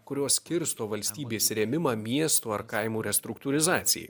kurios skirsto valstybės rėmimą miestų ar kaimų restruktūrizacijai